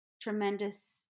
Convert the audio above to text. tremendous